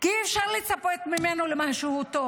כי אי אפשר לצפות ממנו למשהו טוב.